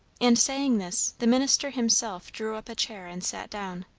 and saying this, the minister himself drew up a chair and sat down.